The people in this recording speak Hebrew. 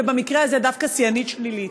ובמקרה הזה דווקא שיאנית שלילית.